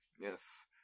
Yes